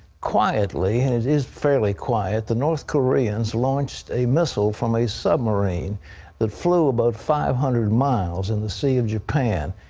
quietly and it is fairly quiet the north koreans launched a missile from a submarine that flew about five hundred miles in the sea of japan.